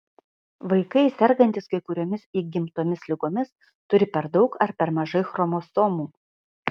vaikai sergantys kai kuriomis įgimtomis ligomis turi per daug ar per mažai chromosomų